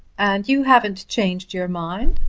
and you haven't changed your mind?